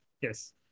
yes